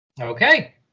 Okay